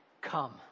come